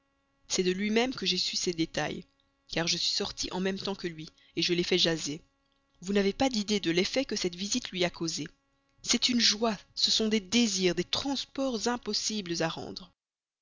c'est de lui-même que j'ai su ces détails car je suis sorti en même temps que lui je l'ai fait jaser vous n'avez pas d'idée de l'effet que cette visite lui a causé c'est une joie ce sont des désirs des transports impossibles à rendre